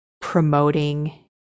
promoting